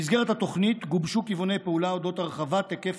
במסגרת התוכנית גובשו כיווני פעולה להרחבת היקף